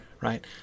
right